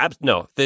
no